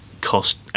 cost